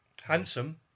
Handsome